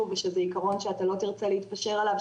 ושזה עיקרון שאתה לא תרצה להתפשר עליו,